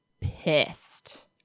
pissed